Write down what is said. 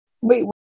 Wait